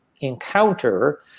encounter